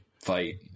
fight